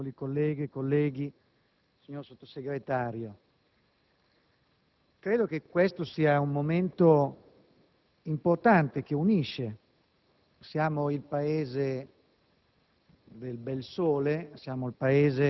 Signor Presidente, onorevoli colleghe, colleghi, signor Sottosegretario, credo che questo sia un momento importante, che unisce. Siamo il Paese